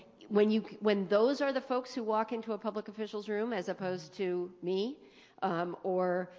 when you know when those are the folks who walk into a public official's room as opposed to me or,